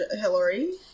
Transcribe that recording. Hillary